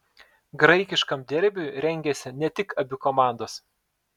graikiškam derbiui rengiasi ne tik abi komandos